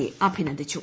യെ അഭിനന്ദിച്ചു